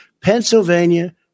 Pennsylvania